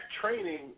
training